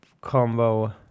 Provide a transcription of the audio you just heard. combo